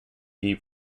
deep